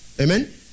amen